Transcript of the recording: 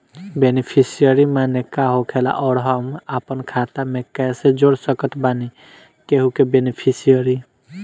Beneficiary माने का होखेला और हम आपन खाता मे कैसे जोड़ सकत बानी केहु के बेनीफिसियरी?